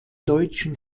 deutschen